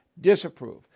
disapprove